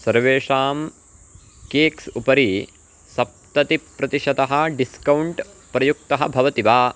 सर्वेषां केक्स् उपरि सप्ततिप्रतिशतः डिस्कौण्ट् प्रयुक्तः भवति वा